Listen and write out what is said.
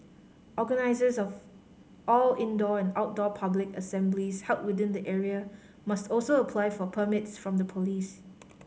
organisers of all indoor and outdoor public assemblies held within the area must also apply for permits from the police